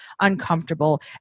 uncomfortable